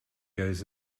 goes